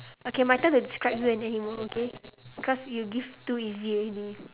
okay my turn to describe you an animal okay cause you give too easy already